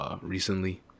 recently